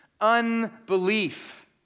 unbelief